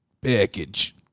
package